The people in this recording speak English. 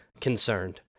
concerned